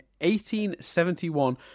1871